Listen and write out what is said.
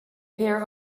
pair